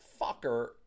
fucker